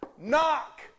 Knock